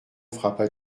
frappa